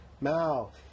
Mal